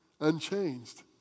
unchanged